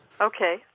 Okay